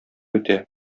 үтә